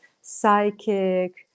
psychic